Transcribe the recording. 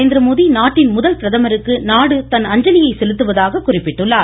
நரேந்திரமோடி நாட்டின் முதல் பிரதமருக்கு நாடு தன் அஞ்சலியை செலுத்துவதாக குறிப்பிட்டுள்ளார்